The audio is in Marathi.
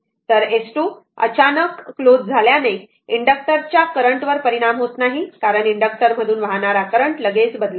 तर S 2 अचानक क्लोज झाल्याने इंडक्टरच्या करंट वर परिणाम होत नाही कारण इंडक्टर मधून वाहणारा करंट लगेच बदलत नाही